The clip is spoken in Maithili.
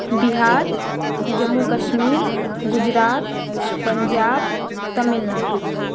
बिहार जम्मू कश्मीर गुजरात पञ्जाब तमिलनाडु